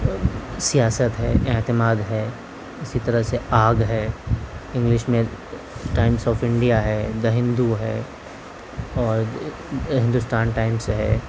سیاست ہے اعتماد ہے اسی طرح سے آگ ہے انگلش میں ٹائمس آف انڈیا ہے دا ہندو ہے اور ہندوستان ٹائمس ہے